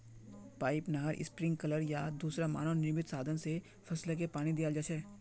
pipe, नहर, sprinkler या दूसरा मानव निर्मित साधन स फसलके पानी दियाल जा छेक